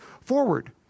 forward